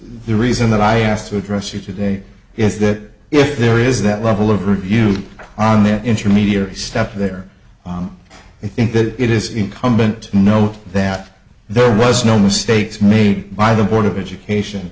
the reason that i asked to address you today is that if there is that level of review on the intermediary step there i think that it is incumbent note that there was no mistakes made by the board of education